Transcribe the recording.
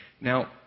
Now